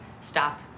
stop